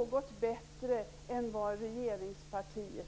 något bättre än regeringspartiet.